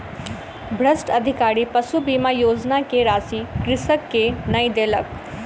भ्रष्ट अधिकारी पशु बीमा योजना के राशि कृषक के नै देलक